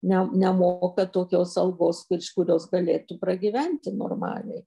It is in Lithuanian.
ne nemoka tokios algos kur iš kurios galėtų pragyventi normaliai